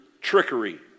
trickery